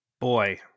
Boy